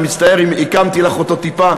אני מצטער אם עיקמתי לך אותו טיפה,